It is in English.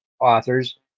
authors